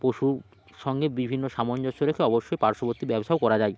পশুর সঙ্গে বিভিন্ন সামঞ্জস্য রেখে অবশ্যই পার্শ্ববর্তী ব্যবসাও করা যায়